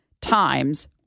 times